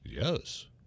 Yes